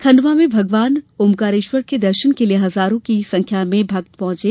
खंडवा में भगवान ओंकारेश्वर के दर्शन के लिये हजारो की संख्या में श्रद्वालु पहुंचे